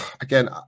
again